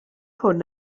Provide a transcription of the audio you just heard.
hwn